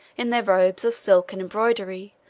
in their robes of silk and embroidery,